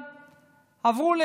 הם עברו,